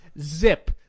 Zip